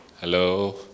Hello